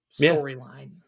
storyline